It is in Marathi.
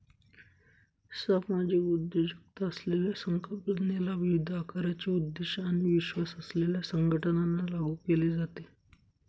सामाजिक उद्योजकता असलेल्या संकल्पनेला विविध आकाराचे उद्देश आणि विश्वास असलेल्या संघटनांना लागू केले जाते